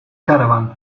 caravan